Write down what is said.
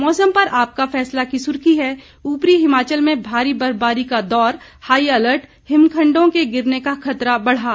मौसम पर आपका फैसला की सुर्खी हैं ऊपरी हिमाचल में भारी बर्फबारी का दौर हाई अलर्ट हिमखंडों के गिरने का खतरा बढ़ा